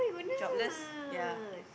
jobless ya